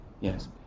Yes